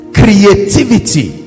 creativity